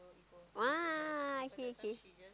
ah K K